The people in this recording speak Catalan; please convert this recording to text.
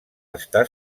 està